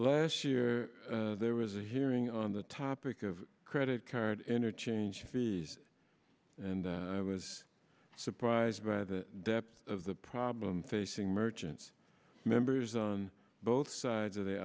last year there was a hearing on the topic of credit card interchange fees and i was surprised by the depth of the problem facing merchants members on both sides of the